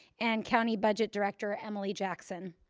and county budget director emily jackson.